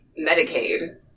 Medicaid